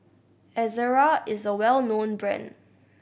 Ezerra is a well known brand